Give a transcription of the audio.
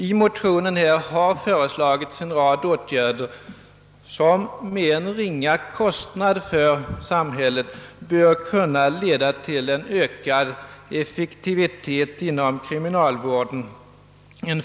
I motionen har föreslagits en rad åtgärder som med en ringa kostnad för samhället kan leda till ökad effektivitet inom kriminalvården.